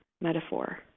metaphor